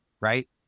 right